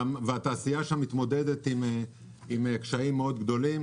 והתעשייה שם מתמודדת עם קשיים מאוד גדולים.